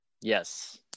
yes